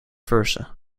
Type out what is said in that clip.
versa